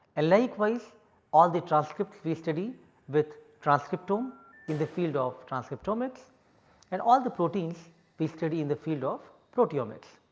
ah likewise all the transcripts we study with transcriptome in the field of transcriptomics and all the proteins we study in the field of proteomics.